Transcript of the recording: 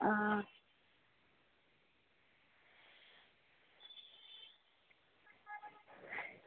आं